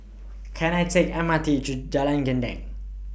Can I Take M R T to Jalan Gendang